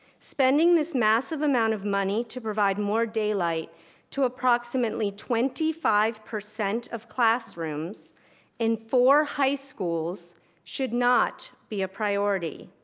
spending this massive amount of money to provide more daylight to approximately twenty five percent of classrooms in four high schools should not be a priority.